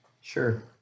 Sure